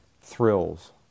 thrills